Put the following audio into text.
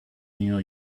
new